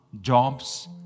jobs